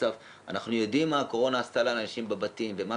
אנחנו יודעים מה הקורונה עשתה לאנשים בבתים ומה